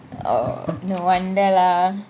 oh no wonder lah